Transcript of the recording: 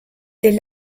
des